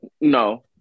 No